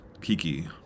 Kiki